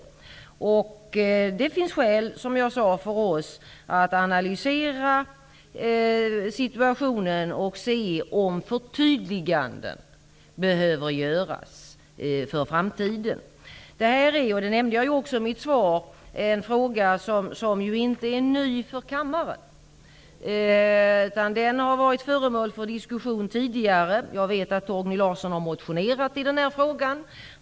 Som jag sade finns det skäl för oss att analysera situationen för att se om förtydliganden behöver göras inför framtiden. Jag nämnde också i mitt svar att denna fråga inte är ny för kammaren. Den har varit föremål för diskussion tidigare. Jag vet att Torgny Larsson har motionerat i den här frågan.